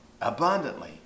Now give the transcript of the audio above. Abundantly